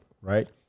Right